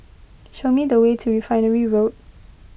show me the way to Refinery Road